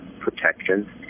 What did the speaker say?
protection